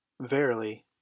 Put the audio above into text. Verily